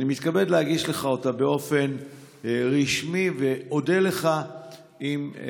אני מתכבד להגיש לך אותה באופן רשמי, ואודה לך אם,